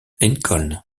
lincoln